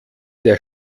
der